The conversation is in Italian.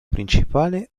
principale